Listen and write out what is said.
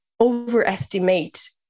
overestimate